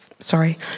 sorry